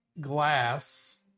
glass